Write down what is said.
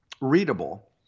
readable